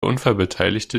unfallbeteiligte